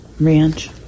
Ranch